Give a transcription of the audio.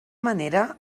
manera